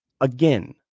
Again